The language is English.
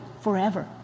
forever